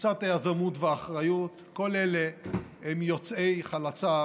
תפיסת היזמות והאחריות, כל אלה הם יוצאי חלציו